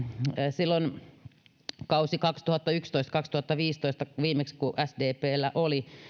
silloin kaudella kaksituhattayksitoista viiva kaksituhattaviisitoista viimeksi kun sdpllä oli